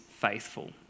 faithful